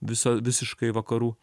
visa visiškai vakarų